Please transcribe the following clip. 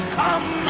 come